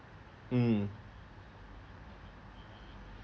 mm